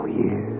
years